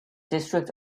district